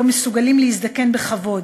לא מסוגלים להזדקן בכבוד.